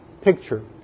picture